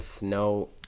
No